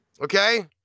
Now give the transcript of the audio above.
Okay